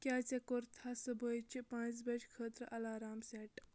کیٛاہ ژےٚ کوٚرتھا صُبحٲچہِ پانٛژھِ بجہِ خٲطرٕ الارام سٮ۪ٹ